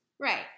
Right